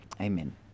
Amen